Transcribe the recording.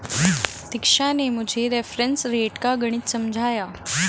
दीक्षा ने मुझे reference rate का गणित समझाया